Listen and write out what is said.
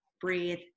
breathe